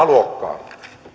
luokkaa